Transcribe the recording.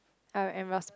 I am rusted